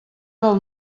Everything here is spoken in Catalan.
del